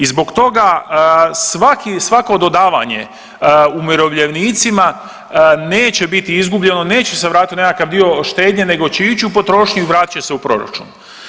I zbog toga, svaki, svako dodavanje umirovljenicima neće biti izgubljeno, neće se vratiti u nekakav dio štednje nego će ići u potrošnju i vratit će se u proračun.